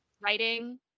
Writing